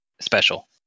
special